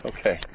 Okay